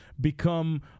become